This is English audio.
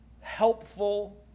helpful